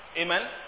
Amen